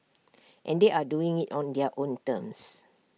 and they are doing IT on their own terms